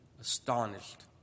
astonished